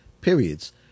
Periods